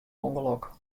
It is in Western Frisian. ûngelok